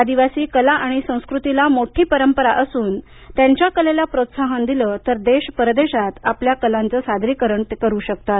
आदिवासी कला आणि संस्कृतीला मोठी परंपरा असून त्यांच्या कलेला प्रोत्साहन दिलं तर देश परदेशात आपल्या कलांचं सादरीकरण ते करू शकतात